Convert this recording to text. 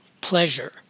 pleasure